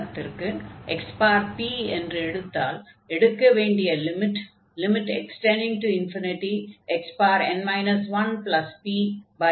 உதாரணத்திற்கு xp என்று எடுத்தால் எடுக்க வேண்டிய லிமிட் xn 1pex என்று ஆகும்